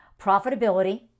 profitability